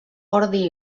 ordi